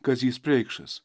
kazys preikšas